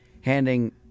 handing